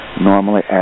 normally